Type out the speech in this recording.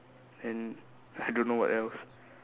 and I don't know what else